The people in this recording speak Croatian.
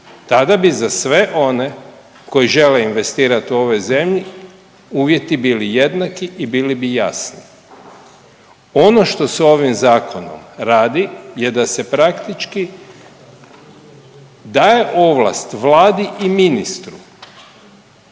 tada bi za sve one koji žele investirat u ovoj zemlji uvjeti bili jednaki i bili bi jasni. Ono što se ovim zakonom radi je da se praktički daje ovlasti Vladi i ministru